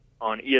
on